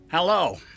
Hello